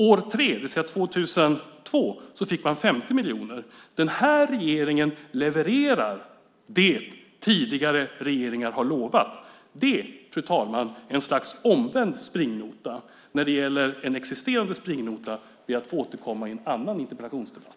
År 2002 fick man 50 miljoner. Den här regeringen levererar det som tidigare regeringar har lovat. Det, fru talman, är ett slags omvänd springnota. När det gäller en existerande springnota ber jag att få återkomma i en annan interpellationsdebatt.